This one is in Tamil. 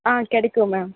ஆ கிடைக்கும் மேம்